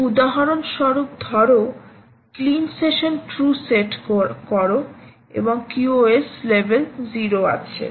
তুমি উদাহরণস্বরূপ ধরো ক্লিন সেশন ট্রু সেট করো এবং QoS লেভেল 0 আছে